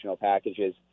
packages